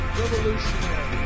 revolutionary